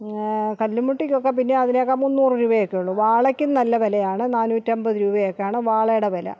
കല്ലും മുട്ടിക്കൊക്കെ അതിനേക്കാളും മുന്നൂറ് രൂപയെക്കെ ഉള്ളൂ വാളക്കും നല്ല വിലയാണ് നാനൂറ്റമ്പത് രൂപയൊക്കെയാണ് വാളയുടെ വില